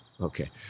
Okay